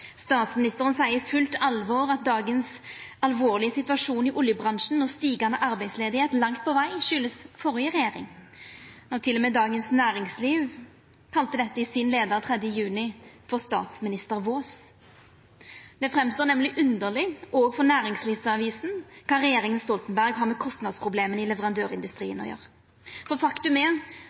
statsministeren seier i fullt alvor at dagens alvorlege situasjon i oljebransjen og stigande arbeidsløyse langt på veg er den førre regjeringas skuld, og til og med Dagens Næringsliv kalla dette i sin leiar den 3. juni for «statsministervås». Det er nemleg underleg òg for næringslivsavisa kva regjeringa Stoltenberg har med kostnadsproblema i leverandørindustrien å gjera. Faktum er